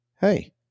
hey